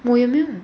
我也没有